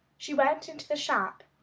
she went into the shop.